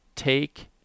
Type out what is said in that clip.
Take